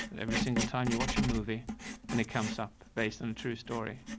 every single time you watch a movie and it comes up based on true story,